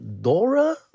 Dora